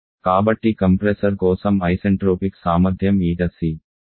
కాబట్టి కంప్రెసర్ కోసం ఐసెంట్రోపిక్ సామర్థ్యం ηc